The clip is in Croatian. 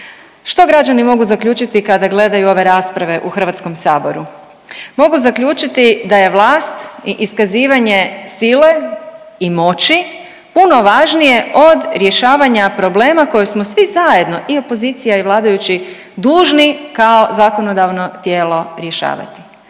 Što građani mogu zaključiti kada gledaju ove rasprave u Hrvatskom saboru? Mogu zaključiti da je vlast i iskazivanje sile i moći puno važnije od rješavanja problema koje smo svi zajedno i opozicija i vladajući dužni kao zakonodavno tijelo rješavati.